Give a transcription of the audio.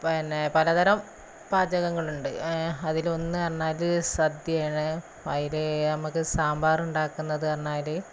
പിന്നെ പലതരം പാചകങ്ങളുണ്ട് അതിലൊന്ന് പറഞ്ഞാല് സദ്യയാണ് അതില് നമുക്ക് സാമ്പാറ് ഉണ്ടാക്കുന്നത് പറഞ്ഞാല്